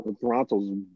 Toronto's